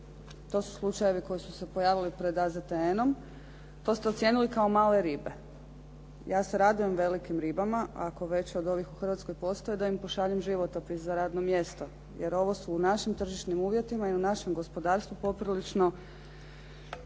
to su slučajevi koji su se pojavili pred AZTN-om, to ste ocijenili kao male ribe. Ja se radujem velikim ribama ako veće od ovih u Hrvatskoj postoje da im pošaljem životopis za radno mjesto jer ovo su u našim tržišnim uvjetima i u našem gospodarstvu poprilično